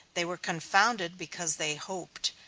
they were confounded because they hoped,